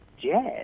jazz